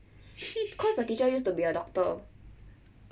cause the teacher used to be a doctor